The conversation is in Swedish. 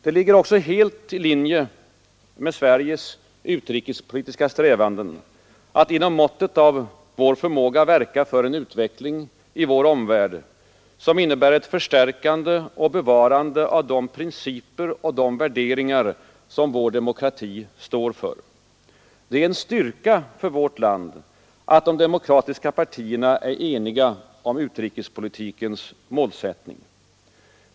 Det ligger också helt i linje med Sveriges utrikespolitiska strävanden att efter måttet av vår förmåga verka för en utveckling i vår omvärld som innebär ett förstärkande och bevarande av de principer och de värderingar som vår demokrati står för. Det är en styrka för vårt land att de demokratiska partierna är eniga om utrikespolitikens målsättning.